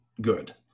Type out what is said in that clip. good